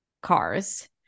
cars